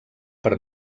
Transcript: per